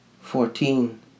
Fourteen